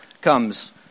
comes